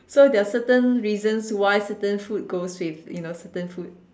so there are certain reasons why certain food goes with you know certain food